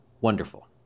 Wonderful